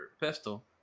pistol